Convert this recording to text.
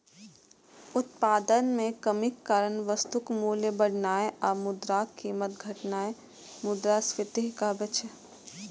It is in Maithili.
उत्पादन मे कमीक कारण वस्तुक मूल्य बढ़नाय आ मुद्राक कीमत घटनाय मुद्रास्फीति कहाबै छै